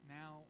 now